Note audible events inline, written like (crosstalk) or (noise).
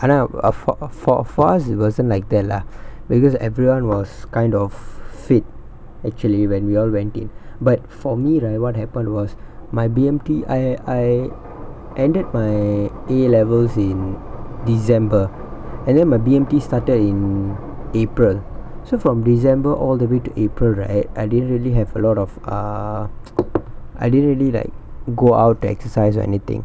ஆனா:aanaa err fo~ fo~ for us it wasn't like that lah because everyone was kind of fit actually when we all went in but for me right what happen was my B_M_T I I ended my A levels in december and then my B_M_T started in april so from december all the way to april right I didn't really have a lot of uh (noise) I didn't really like go out to exercise or anything